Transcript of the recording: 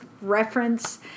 reference